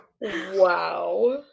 Wow